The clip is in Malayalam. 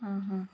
ആ ഹാ